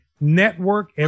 network